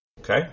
Okay